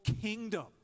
kingdom